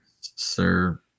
Sir